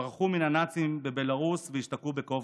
ברחו מהנאצים בבלארוס והשתכנו בקובנה.